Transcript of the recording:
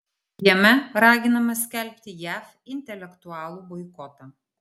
jame raginama skelbti jav intelektualų boikotą